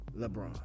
LeBron